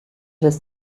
des